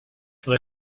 from